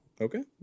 Okay